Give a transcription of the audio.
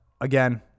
again